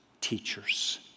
teachers